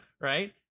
right